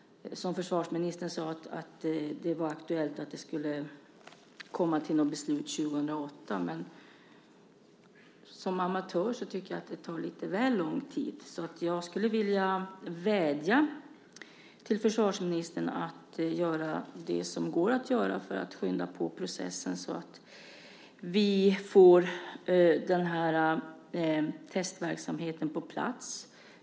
Försvarsministern sade att det ska komma ett beslut 2008. Som amatör tycker jag att det tar lite väl lång tid. Jag skulle vilja vädja till försvarsministern att göra det som går att göra för att skynda på processen, så att vi får testverksamheten på plats.